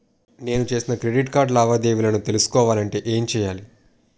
నేను చేసిన credit card లావాదేవీలను తెలుసుకోవాలంటే ఏం చేయాలి?